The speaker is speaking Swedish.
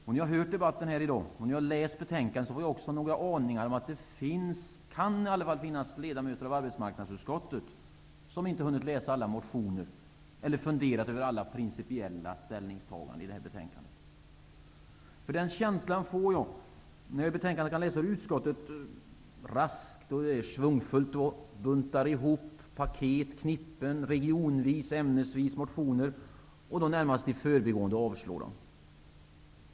När jag lyssnat på debatten här i dag och när jag har läst betänkandet har jag fått en känsla av att det kan finnas ledamöter av arbetsmarknadsutskottet som inte hunnit läsa alla motioner eller som inte har funderat över alla principiella ställningstaganden i detta betänkande. Den känslan får jag när jag i betänkandet kan läsa hur utskottet raskt och schvungfullt buntar ihop motioner i paket och knippen regionvis och ämnesvis, och närmast i förbigående avslår dem.